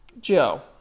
Joe